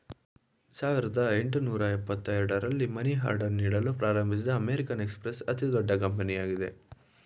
ಸಾವಿರದ ಎಂಟುನೂರು ಎಂಬತ್ತ ಎರಡು ರಲ್ಲಿ ಮನಿ ಆರ್ಡರ್ ನೀಡಲು ಪ್ರಾರಂಭಿಸಿದ ಅಮೇರಿಕನ್ ಎಕ್ಸ್ಪ್ರೆಸ್ ಅತಿದೊಡ್ಡ ಕಂಪನಿಯಾಗಿದೆ